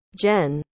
Jen